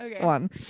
one